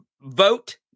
vote